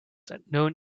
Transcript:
known